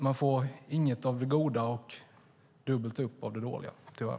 Man får inget av det goda och dubbelt av det dåliga, tyvärr.